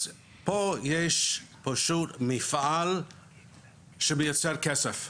אז פה יש פשוט מפעל שמייצר כסף,